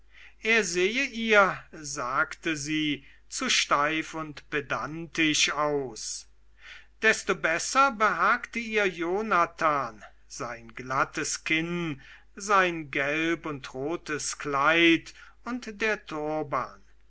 er sehe ihr sagte sie zu steif und pedantisch aus desto besser behagte ihr jonathan sein glattes kinn sein gelb und rotes kleid und der